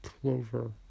Clover